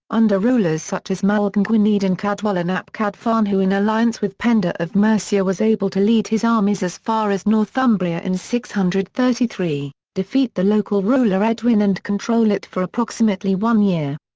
under rulers such as maelgwn gwynedd and cadwallon ap cadfan who in alliance with penda of mercia was able to lead his armies as far as northumbria in six hundred and thirty three, defeat the local ruler edwin and control it for approximately one year.